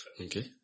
Okay